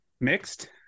mixed